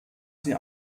sie